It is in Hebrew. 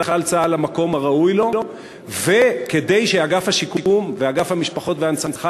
צה"ל למקום הראוי לו וכדי שאגף השיקום ואגף המשפחות וההנצחה